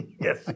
yes